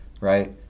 right